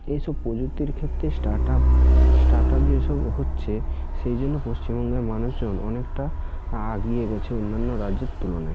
এই সব প্রযুক্তির ক্ষেত্রে স্টার্টআপ স্টার্টআপ যেসব হচ্ছে সেই জন্যে পশ্চিমবঙ্গের মানুষজন অনেকটা আগিয়ে গেছে অন্যান্য রাজ্যের তুলনায়